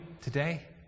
today